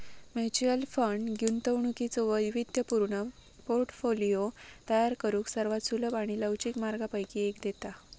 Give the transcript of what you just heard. mutual fund गुंतवणुकीचो वैविध्यपूर्ण portfolio तयार करुक सर्वात सुलभ आणि लवचिक मार्गांपैकी एक देता